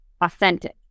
authentic